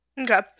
Okay